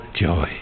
joy